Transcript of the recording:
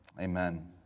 Amen